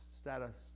status